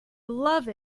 love